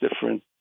different